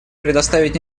предоставить